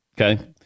Okay